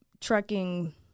trucking